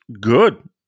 good